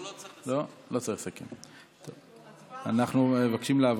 לא, לא צריך לסכם.